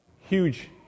Huge